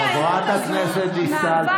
חברת הכנסת דיסטל,